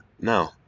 No